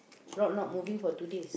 route not moving for two days